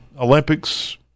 Olympics